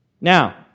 Now